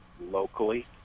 locally